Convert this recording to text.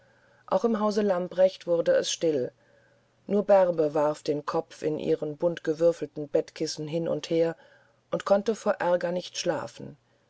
auch im hause lamprecht wurde es still nur bärbe warf den kopf in ihren buntgewürfelten bettkissen hin und her und konnte vor aerger nicht schlafen